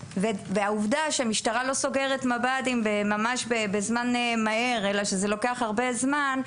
העובדה שהמשטרה לא סוגרת מהר מב"דים ושזה לוקח הרבה זמן,